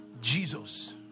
jesus